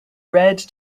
red